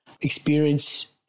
experience